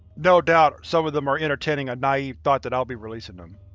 no doubt. some of them are entertaining a naive thought that i'll be releasing them.